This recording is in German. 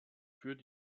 für